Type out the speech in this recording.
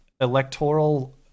electoral